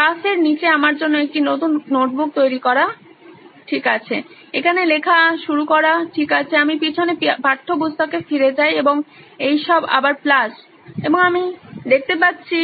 প্লাসের নিচে আমার জন্য একটি নতুন নোটবুক তৈরি করা ঠিক আছে এখানে লেখা শুরু করা ঠিক আছে আমি পিছনে পাঠ্যপুস্তক ফিরে যাই এবং এই সব আবার প্লাস এবং আমি দেখতে পাচ্ছি